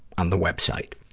on the web site.